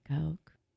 Coke